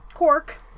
cork